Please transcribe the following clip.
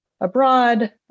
abroad